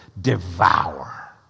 devour